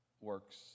works